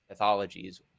pathologies